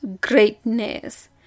greatness